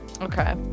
Okay